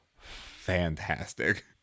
fantastic